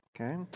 Okay